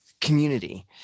community